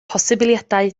posibiliadau